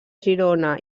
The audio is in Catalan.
girona